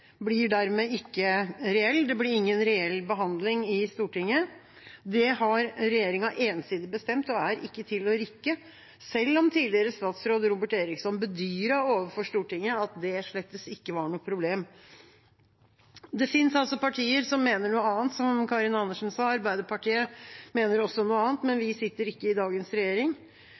blir dermed ikke reell. Det blir ingen reell behandling i Stortinget. Det har regjeringa ensidig bestemt og er ikke til å rikke, selv om tidligere statsråd Robert Eriksson bedyret overfor Stortinget at det slett ikke var noe problem. Det finnes partier som mener noe annet, som Karin Andersen sa. Arbeiderpartiet mener også noe annet, men vi sitter ikke i dagens regjering.